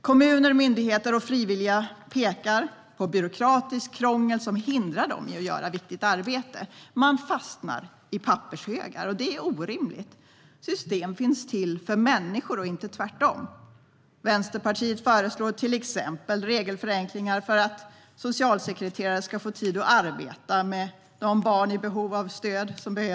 Kommuner, myndigheter och frivilliga pekar på byråkratiskt krångel som hindrar dem att utföra viktigt arbete. Man fastnar i pappershögar. Det är orimligt. System finns till för människor, inte tvärtom. Vänsterpartiet föreslår till exempel regelförenklingar för att socialsekreterare ska få tid att arbeta med barn i behov av stöd.